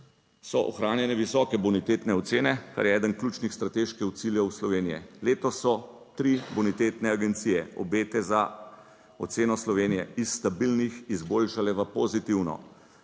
so ohranjene visoke bonitetne ocene, kar je eden ključnih strateških ciljev Slovenije. Letos so tri bonitetne agencije obete za oceno Slovenije iz stabilnih izboljšale v pozitivno,